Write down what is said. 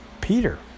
Peter